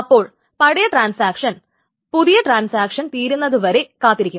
അപ്പോൾ പഴയ ട്രാൻസാക്ഷൻ പുതിയ ട്രാൻസാക്ഷൻ തീരുന്നതു വരെ കാത്തിരിക്കും